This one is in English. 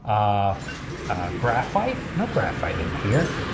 ah graphite, no graphite in here.